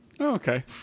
okay